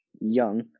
young